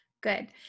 good